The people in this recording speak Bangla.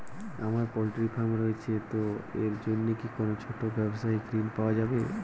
আমার পোল্ট্রি ফার্ম রয়েছে তো এর জন্য কি কোনো ছোটো ব্যাবসায়িক ঋণ পাওয়া যাবে?